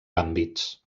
àmbits